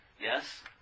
yes